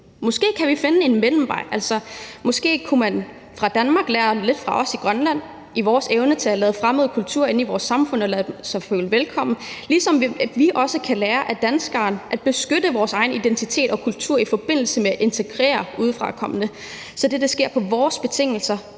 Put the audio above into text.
Måske kan vi finde en mellemvej. Måske kunne man fra Danmarks side lære lidt af os i Grønland med hensyn til vores evne til at lukke fremmede kulturer ind i vores samfund og lade dem føle sig velkommen, ligesom vi også kan lære af danskerne at beskytte vores egen identitet og kultur i forbindelse med at integrere udefrakommende, så dette sker på vores betingelser